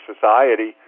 society